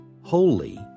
holy